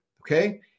Okay